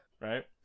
right